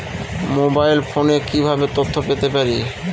Mobile ফোনে কিভাবে তথ্য পেতে পারি?